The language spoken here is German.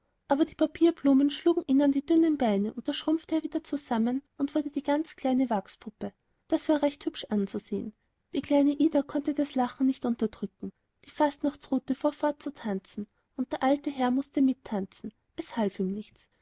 aber die papierblumen schlugen ihn an die dünnen beine und da schrumpfte er wieder zusammen und wurde eine ganz kleine wachspuppe das war recht hüsch anzusehen die kleine ida konnte das lachen nicht unterdrücken die fastnachtsrute fuhr fort zu tanzen und der alte herr mußte mittanzen es half ihm nichts